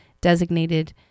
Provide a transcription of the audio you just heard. designated